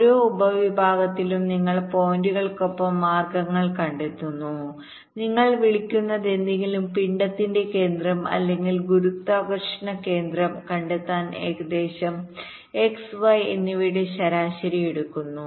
ഓരോ ഉപവിഭാഗത്തിലും നിങ്ങൾ പോയിന്റുകൾക്കൊപ്പം മാർഗ്ഗങ്ങൾ കണ്ടെത്തുന്നു നിങ്ങൾ വിളിക്കുന്നതെന്തെങ്കിലും പിണ്ഡത്തിന്റെ കേന്ദ്രം അല്ലെങ്കിൽ ഗുരുത്വാകർഷണ കേന്ദ്രംകണ്ടെത്താൻ ഏകദേശം x y എന്നിവയുടെ ശരാശരി എടുക്കുന്നു